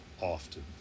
often